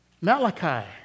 Malachi